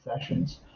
sessions